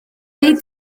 wnei